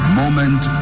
moment